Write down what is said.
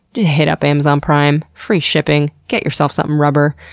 hit up amazon prime. free shipping. get yourself something rubber.